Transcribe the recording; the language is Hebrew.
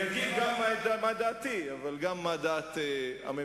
אני אגיד גם מה דעתי, אבל גם מה דעת הממשלה.